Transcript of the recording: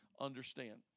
understand